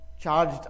charged